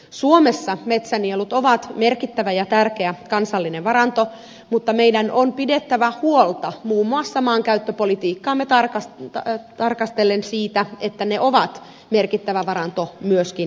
suomessa metsänielut ovat merkittävä ja tärkeä kansallinen varanto mutta meidän on pidettävä huolta muun muassa maankäyttöpolitiikkaamme tarkastellen siitä että ne ovat merkittävä varanto myöskin jatkossa